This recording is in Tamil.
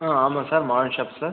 ஆ ஆமாம் சார் ஷாப் சார்